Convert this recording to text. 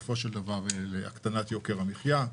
ולהקטנת יוקר המחייה.